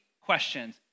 questions